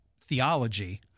theology